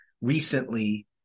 recently